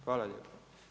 Hvala lijepa.